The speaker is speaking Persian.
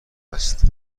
است